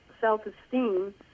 self-esteem